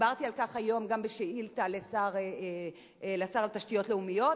דיברתי על כך היום גם בשאילתא לשר התשתיות הלאומיות,